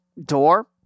door